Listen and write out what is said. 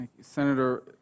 senator